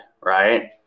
Right